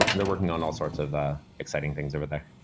they're working on all sorts of exciting things over there.